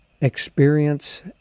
experience